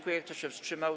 Kto się wstrzymał?